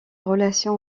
relation